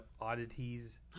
Oddities